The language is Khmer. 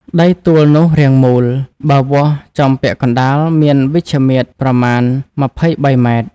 ដីទួលនោះរាងមូល បើវាស់ចំពាក់កណ្ដាល មានវិជ្ឈមាត្រប្រមាណ ២៣.០០ម។